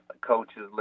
coaches